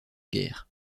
guerre